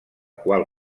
qual